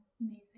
Amazing